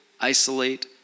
isolate